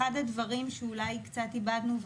אחד הדברים שאולי קצת איבדנו,